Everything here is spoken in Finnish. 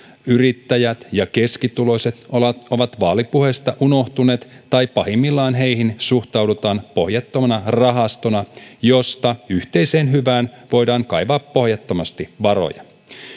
yrittäjät ja keskituloiset ovat ovat vaalipuheista unohtuneet tai pahimmillaan heihin suhtaudutaan pohjattomana rahastona josta yhteiseen hyvään voidaan kaivaa pohjattomasti varoja